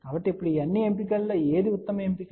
కాబట్టి ఇప్పుడు ఈ అన్ని ఎంపికలలో ఏది ఉత్తమ ఎంపిక